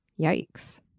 Yikes